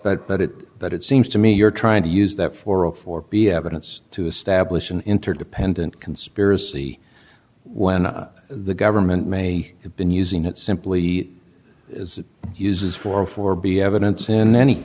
but it that it seems to me you're trying to use that for a for the evidence to establish an interdependent conspiracy when the government may have been using it simply as uses for for be evidence in any